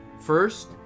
First